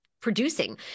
producing